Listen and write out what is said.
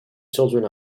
children